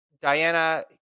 Diana